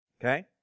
Okay